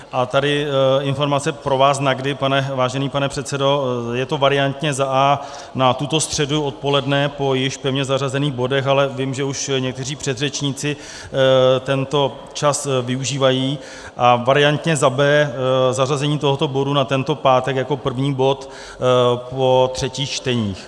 A tady informace pro vás na kdy, vážený pane předsedo: je to variantně a) na tuto středu odpoledne po již pevně zařazených bodech, ale vím, že už někteří předřečníci tento čas využívají, a variantně b) zařazení tohoto bodu na tento pátek jako první bod po třetích čteních.